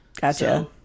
Gotcha